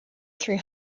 three